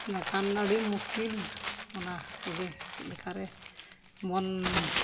ᱤᱱᱟᱹ ᱠᱷᱟᱱ ᱟᱹᱰᱤ ᱢᱩᱥᱠᱤᱞ ᱚᱱᱟ ᱠᱚᱜᱮ ᱪᱮᱫ ᱞᱮᱠᱟ ᱨᱮ ᱵᱚᱱ